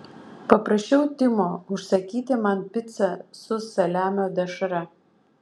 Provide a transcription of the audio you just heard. paprašiau timo užsakyti man picą su saliamio dešra